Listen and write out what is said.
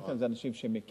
בדרך כלל זה אנשים שמכירים.